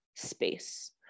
space